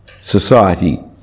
society